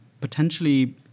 potentially